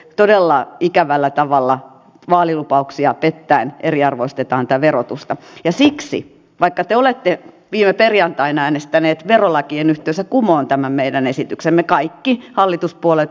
on todella ikävällä tavalla vaalilupauksia pettäen eriarvoistetaanta verotusta ja siksi paikat olette viime perjantaina äänestäneet verolakienyhteisö kun on tämä meidän esityksemme kaikki hallituspuolueet